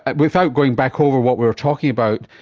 without going back over what we were talking about,